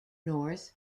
north